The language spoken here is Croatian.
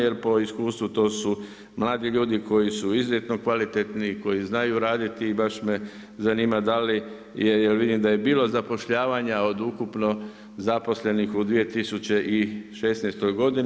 Jer po iskustvu to su mladi ljudi koji su izuzetno kvalitetni, koji znaju raditi i baš me zanima da li je, jer vidim da je bilo zapošljavanja od ukupno zaposlenih u 2016. godini.